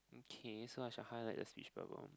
okay so I should highlight the speech bubble